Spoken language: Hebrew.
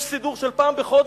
יש סידור של פעם בחודש.